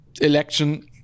election